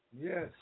Yes